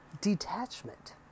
detachment